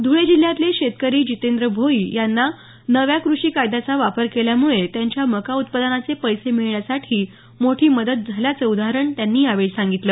ध्रळे जिल्ह्यातले शेतकरी जितेंद्र भोई यांना नव्या कृषी कायदयाचा वापर केल्यामुळे त्यांच्या मका उत्पादनाचे पैसे मिळण्यासाठी मोठी मदत झाल्याचं उदाहरण त्यांनी यावेळी सांगितलं